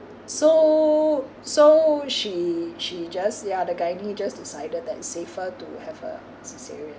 so so she she just ya the gynae just decided that it's safer to have a cesarean